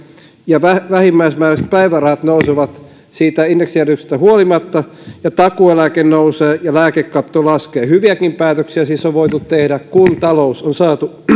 ja vähimmäismääräiset päivärahat nousevat siitä indeksijäädytyksestä huolimatta ja takuueläke nousee ja lääkekatto laskee hyviäkin päätöksiä siis on voitu tehdä kun talous on saatu